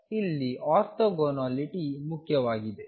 ಆದ್ದರಿಂದ ಇಲ್ಲಿ ಆರ್ಥೋಗೊನಾಲಿಟಿ ಮುಖ್ಯವಾಗಿದೆ